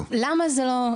למה זה לא מה שקורה?